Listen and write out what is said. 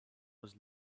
was